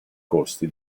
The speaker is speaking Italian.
costi